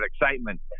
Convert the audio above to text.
excitement